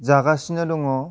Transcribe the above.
जागासिनो दङ